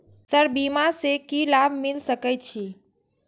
Sir बीमा से की लाभ मिल सके छी?